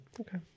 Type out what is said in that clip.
Okay